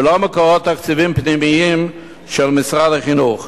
ולא מקורות תקציביים פנימיים של משרד החינוך.